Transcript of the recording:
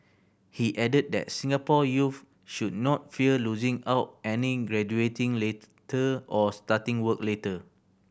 he added that Singapore youths should not fear losing out and in graduating later or starting work later